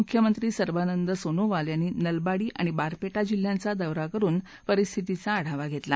मुख्यमंत्री सर्वानन्द सोनोवाल यांनी नलबाडी आणि बारपेटा जिल्ह्यांचा दौरा करून परिस्थितीचा आढावा घेतला